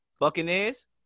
Buccaneers